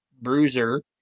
bruiser